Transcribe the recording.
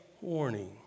warning